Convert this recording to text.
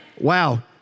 Wow